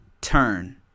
turn